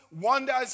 wonders